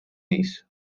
ells